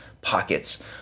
pockets